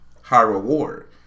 high-reward